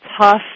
tough